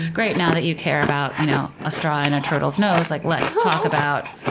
great, now that you care about you know a straw in a turtle's nose, like let's talk about